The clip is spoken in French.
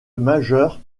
majeure